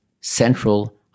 central